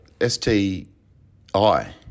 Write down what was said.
S-T-I